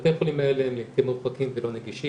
בתי החולים האלה הם לעתים מרוחקים ולא נגישים,